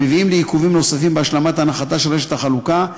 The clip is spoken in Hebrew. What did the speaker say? המביאים לעיכובים נוספים בהשלמת הנחתה של רשת החלוקה,